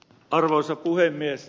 arvoisa puhemies